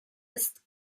ist